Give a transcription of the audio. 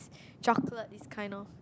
chocolate is kind of